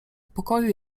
pokoju